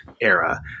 era